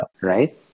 Right